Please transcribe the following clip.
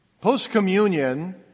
post-communion